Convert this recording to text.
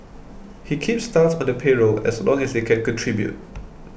he keeps staff on the payroll as long as they can contribute